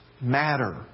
matter